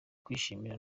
kwishima